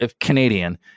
Canadian